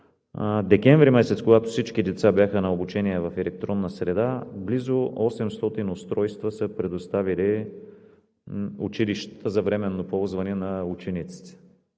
декември, когато всички деца бяха на обучение в електронна среда, близо 800 устройства са предоставили училищата за временно ползване на учениците.